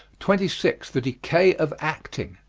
twenty six. the decay of acting.